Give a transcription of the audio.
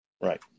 Right